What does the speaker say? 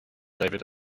david